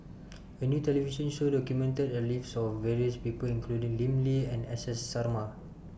A New television Show documented The Lives of various People including Lim Lee and S S Sarma